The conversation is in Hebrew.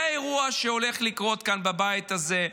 זה האירוע שהולך לקרות כאן בבית הזה.